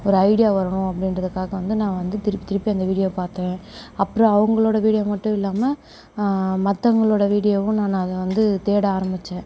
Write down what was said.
ஒரு ஐடியா வரும் அப்படீன்றதுக்காக வந்து நான் வந்து திருப்பி திருப்பி அந்த வீடியோ பார்த்தேன் அப்றம் அவங்களோட வீடியோ மட்டும் இல்லாமல் மற்றவங்களோட வீடியோவும் நான் வந்து தேட ஆரம்பித்தேன்